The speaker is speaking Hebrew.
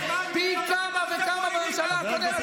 מצביע נגד תקציבי הרווחה והבריאות והחינוך והבל"מ,